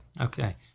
Okay